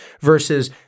versus